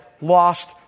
lost